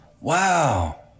Wow